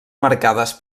marcades